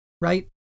right